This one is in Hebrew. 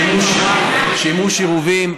עירוב שימושים.